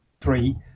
three